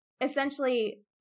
essentially